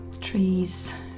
Trees